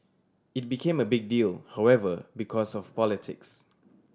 it became a big deal however because of politics